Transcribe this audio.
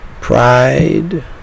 pride